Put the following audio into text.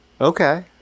Okay